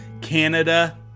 Canada